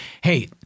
hey